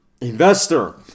investor